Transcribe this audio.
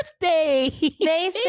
birthday